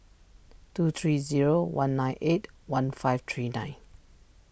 two three zero one nine eight one five three nine